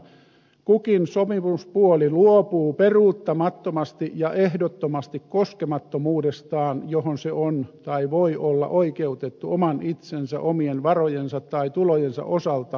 kukin sopimuspuoli luopuu peruuttamattomasti ja ehdottomasti koskemattomuudestaan johon se on tai voi olla oikeutettu oman itsensä omien varojensa tai tulojensa osalta ja niin edelleen